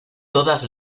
todas